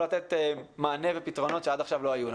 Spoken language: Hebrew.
לתת מענה ופתרונות שעד עכשיו לא היו לנו.